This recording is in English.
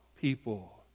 people